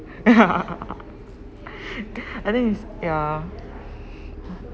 ya I think ya